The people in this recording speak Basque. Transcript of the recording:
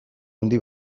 handi